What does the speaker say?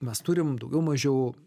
mes turim daugiau mažiau